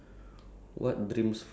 um